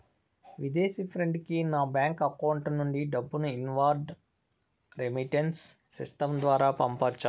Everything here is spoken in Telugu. విదేశీ ఫ్రెండ్ కి నా బ్యాంకు అకౌంట్ నుండి డబ్బును ఇన్వార్డ్ రెమిట్టెన్స్ సిస్టం ద్వారా పంపొచ్చా?